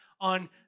on